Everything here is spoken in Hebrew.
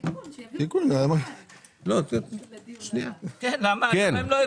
אם היינו מעבירים את זה דרכו, היה 100%